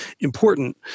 important